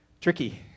Tricky